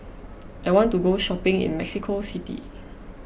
I want to go shopping in Mexico City